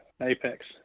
apex